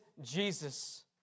Jesus